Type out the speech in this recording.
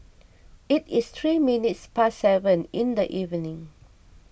it is three minutes past seven in the evening